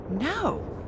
No